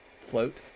float